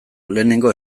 lehenengo